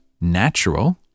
natural